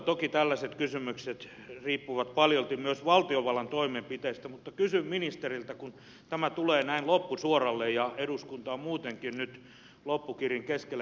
toki tällaiset kysymykset riippuvat paljolti myös valtiovallan toimenpiteistä mutta kysyn ministeriltä kun tämä tulee näin loppusuoralle ja eduskunta on muutenkin nyt loppukirin keskellä